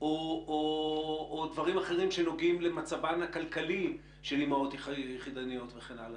או דברים אחרים שנוגעים למצבן הכלכלי של אימהות יחידניות וכן הלאה.